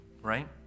right